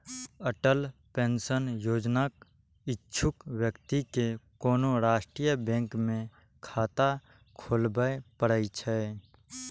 Atal pension योजनाक इच्छुक व्यक्ति कें कोनो राष्ट्रीय बैंक मे खाता खोलबय पड़ै छै